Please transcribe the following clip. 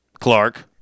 Clark